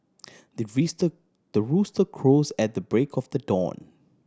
the the rooster crows at the break of dawn